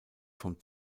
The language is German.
vom